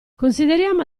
consideriamo